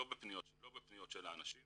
לא בפניות של האנשים.